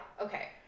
Okay